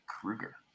Krueger